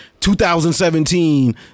2017